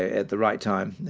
at the right time,